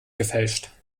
gefälscht